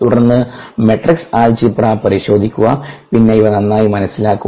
തുടർന്ന് matrix algebra പരിശോധിക്കുക പിന്നെ ഇവ നന്നായി മനസ്സിലാക്കുക